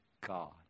God